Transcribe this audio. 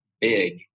big